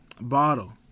bottle